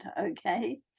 okay